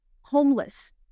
homeless